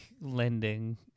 lending